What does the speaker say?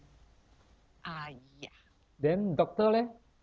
then doctor leh